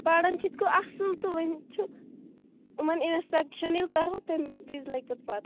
پران چھِ اِتھ کٔنۍ اصٕل تہٕ ووںۍ چھُ یِمن اِنسپٮ۪کشن ییٚلہِ کَرہوکھ تمہِ وِز لَگہِ پَت پتہ